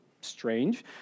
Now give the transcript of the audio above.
strange